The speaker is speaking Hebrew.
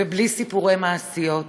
ובלי סיפורי מעשיות.